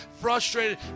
frustrated